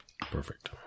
perfect